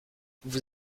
vous